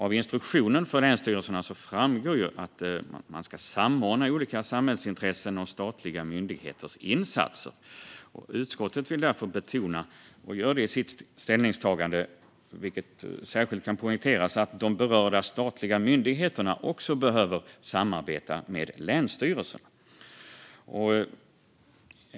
Av instruktionen för länsstyrelserna framgår att de ska samordna olika samhällsintressen och statliga myndigheters insatser. Utskottet vill därför betona - och gör det i sitt ställningstagande, vilket särskilt kan poängteras - att de berörda statliga myndigheterna också behöver samarbeta med länsstyrelserna.